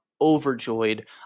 overjoyed